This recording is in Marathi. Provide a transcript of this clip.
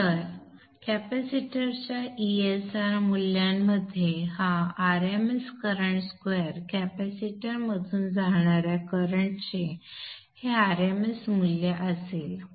तर कॅपॅसिटरच्या ESR मूल्यामध्ये हा r m s current square कॅपॅसिटरमधून जाणाऱ्या करंटचे हे r m s मूल्य असेल